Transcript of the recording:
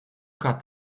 cut